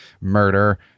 murder